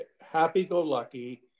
Happy-go-lucky